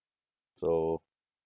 so